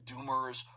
doomers